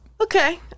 Okay